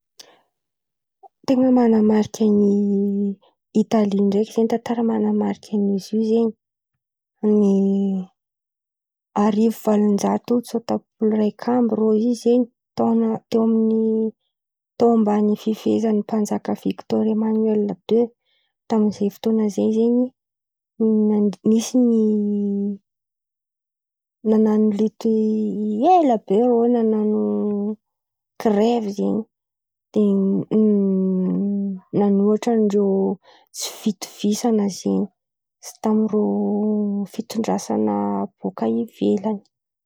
Ràha nitranga tamin-drô Italia àby io, ta-Italia tao zen̈y nisy resaka ampira romain zen̈y. Zen̈y, avy iô irô zen̈y ten̈a nan̈ana sivilizasion-drô zen̈y irô tamin'ny tantara. Zen̈y koà zen̈y anisan'ny ten̈a ny azoko hon̈ono tsara.